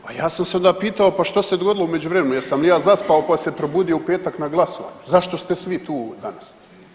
Pa ja sam se onda pitao pa što se dogodilo u međuvremenu, jesam li ja zaspao pa se probudio u petak za glasovanje, zašto ste svi tu danas?